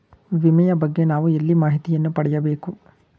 ವಿಮೆಯ ಬಗ್ಗೆ ನಾವು ಎಲ್ಲಿ ಮಾಹಿತಿಯನ್ನು ಪಡೆಯಬೇಕು?